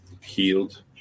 healed